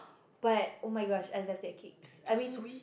but oh-my-gosh I love their cakes I mean